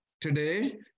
today